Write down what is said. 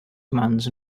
commands